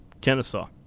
Kennesaw